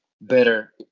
better